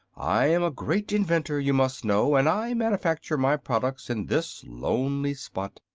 i am a great inventor, you must know, and i manufacture my products in this lonely spot.